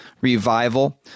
Revival